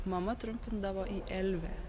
mama trumpindavo į elvę